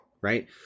right